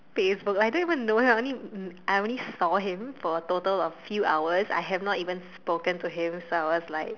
Facebook I don't even know him I only mm I only saw him for a total of few hours I have not even spoken to him so I was like